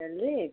salary